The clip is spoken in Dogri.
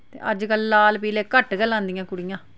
ते अज्जकल लाल पीले घट्ट गै लांदियां कुड़ियां